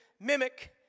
mimic